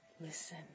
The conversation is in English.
listen